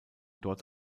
dort